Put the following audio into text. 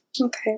Okay